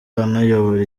anayobora